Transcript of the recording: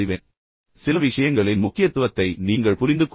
எனவே எனவே சில விஷயங்களின் முக்கியத்துவத்தை நீங்கள் புரிந்து கொள்ளலாம்